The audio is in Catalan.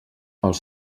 els